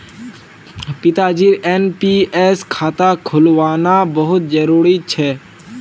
पिताजीर एन.पी.एस खाता खुलवाना बहुत जरूरी छ